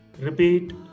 Repeat